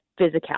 physicality